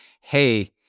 hey